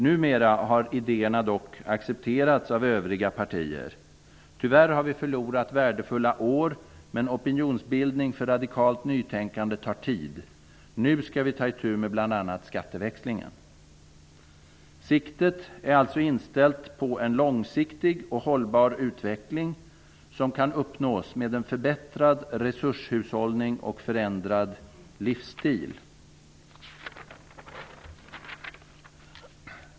Numera har idéerna dock accepterats av övriga partier. Tyvärr har vi förlorat värdefulla år, men opinionsbildning för radikalt nytänkande tar tid. Nu skall vi ta itu med bl.a. skatteväxlingen. Siktet är alltså inställt på en långsiktig och hållbar utveckling, som kan uppnås med en förbättrad resurshushållning och förändrad livsstil.